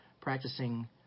practicing